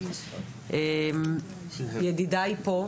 ידידי פה,